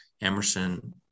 Emerson